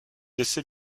essais